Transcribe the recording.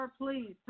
please